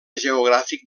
geogràfic